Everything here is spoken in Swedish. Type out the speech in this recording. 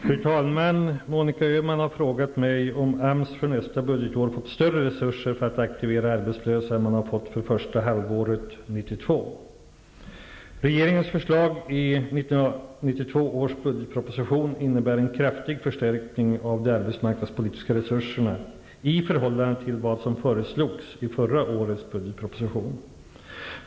Fru talman! Monica Öhman har frågat mig om AMS för nästa budgetår fått större resurser för att aktivera arbetslösa än man har fått för första halvåret 1992. Regeringens förslag i 1992 års budgetproposition innebär en kraftig förstärkning av de arbetsmarknadspolitiska resurserna i förhållande till vad som föreslogs i förra årets budgetproposition.